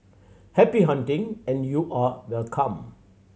happy hunting and you are welcome